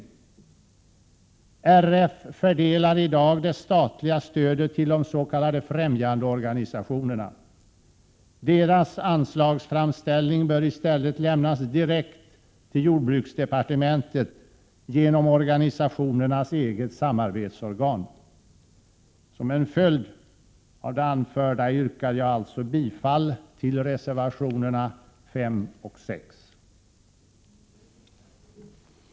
Riksidrottsförbundet fördelar i dag det statliga stödet till de s.k. främjandeorganisationerna. Deras anslagsframställning bör i stället lämnas direkt till jordbruksdepartementet genom organisationernas eget samarbetsorgan. Som en följd av det anförda yrkar jag bifall till reservationerna 5 och 6.